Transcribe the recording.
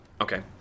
Okay